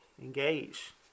engage